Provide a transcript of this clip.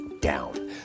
down